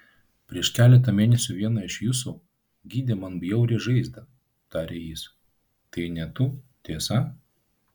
prieš keletą mėnesių viena iš jūsų gydė man bjaurią žaizdą tarė jis tai ne tu tiesa